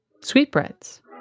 sweetbreads